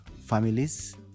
families